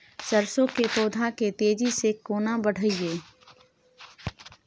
सरसो के पौधा के तेजी से केना बढईये?